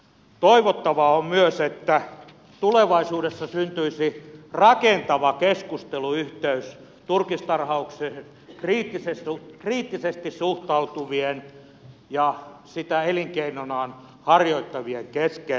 toivottavaa on myös että tulevaisuudessa syntyisi rakentava keskusteluyhteys turkistarhaukseen kriittisesti suhtautuvien ja sitä elinkeinonaan harjoittavien kesken